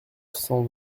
cent